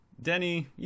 Denny